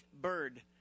bird